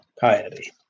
piety